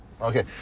Okay